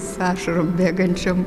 su ašarom bėgančiom